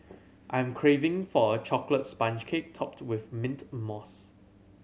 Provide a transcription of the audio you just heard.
I am craving for a chocolate sponge cake topped with mint mousse